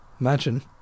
imagine